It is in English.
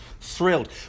thrilled